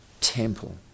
temple